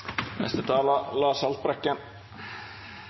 Neste taler